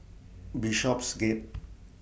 Bishopsgate